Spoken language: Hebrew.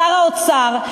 שר האוצר,